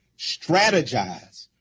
strategize,